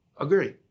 Agree